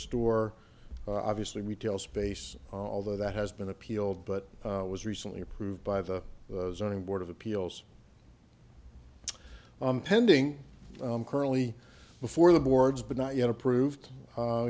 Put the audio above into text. store obviously retail space although that has been appealed but was recently approved by the zoning board of appeals pending currently before the board's but not yet approved